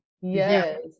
Yes